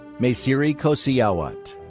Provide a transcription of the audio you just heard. maesiri kosiyawat.